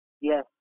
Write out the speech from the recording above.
Yes